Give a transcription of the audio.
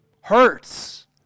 hurts